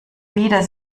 lieder